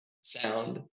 sound